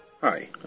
Hi